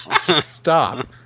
Stop